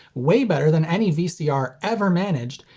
way better than any vcr ever managed,